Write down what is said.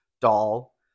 doll